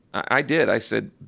i did, i said,